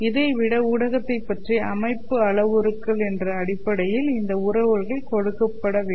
இதை விட ஊடகத்தை பற்றிய அமைப்பு அளவுருக்கள் என்ற அடிப்படையில் இந்த உறவுகள் கொடுக்கப்படவேண்டும்